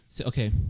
Okay